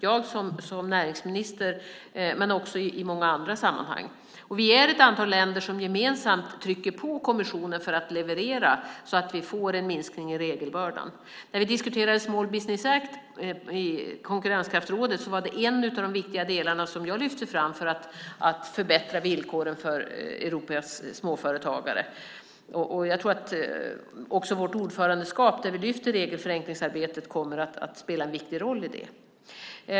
Jag gör det som näringsminister, men det görs också i många andra sammanhang. Vi är ett antal länder som gemensamt trycker på kommissionen för att leverera så att vi får en minskning i regelbördan. När vi diskuterade Small Business Act i Konkurrenskraftsrådet var detta en av de viktiga delar som jag lyfte fram för att förbättra villkoren för Europas småföretagare. Också vårt ordförandeskap, där vi lyfter fram regelförenklingsarbetet, kommer att spela en viktig roll i detta.